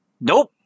Nope